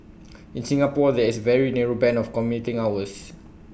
in Singapore there is A very narrow Band of commuting hours